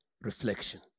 reflection